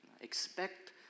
expect